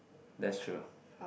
that's true